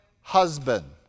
husband